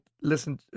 listen